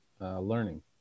learning